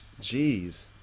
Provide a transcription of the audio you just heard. Jeez